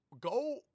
go